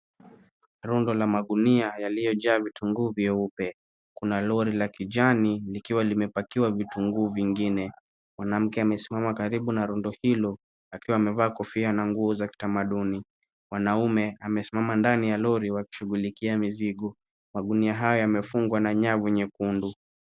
Rundo la magunia yaliyojaa vitunguu vyeupe. Kuna lori la kijani likiwa limepakiwa vitunguu vingine. Mwanamke amesimama karibu na lori hilo akiwa amevaa kofia na nguo za kitamaduni. Mwanaume amesimama ndani ya lori wakishughulikia mizigo. Magunia haya yamefungwa na nyavu nyekundu.